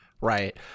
Right